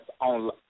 on